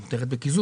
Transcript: או מותרת בקיזוז,